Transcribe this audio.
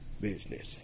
business